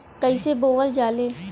कईसे बोवल जाले?